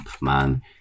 man